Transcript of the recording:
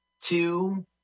two